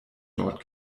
dort